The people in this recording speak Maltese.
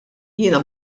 jiena